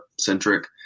centric